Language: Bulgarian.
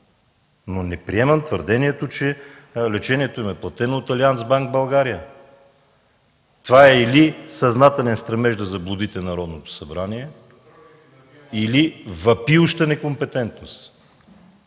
но не приемам твърдението, че лечението им е платено от Алианц Банк България. Това е или съзнателен стремеж да заблудите Народното събрание или въпиюща некомпетентност.